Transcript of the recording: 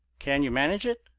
can you manage it?